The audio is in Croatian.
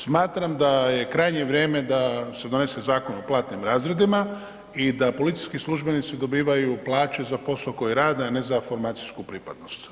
Smatram da je krajnje vrijeme da se donese zakon o platnim razredima i da policijskih službenici dobivaju plaće za posao koji rade a ne za formacijsku pripadnost.